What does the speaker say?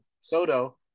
soto